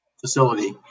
Facility